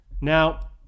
Now